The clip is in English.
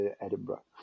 Edinburgh